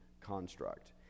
construct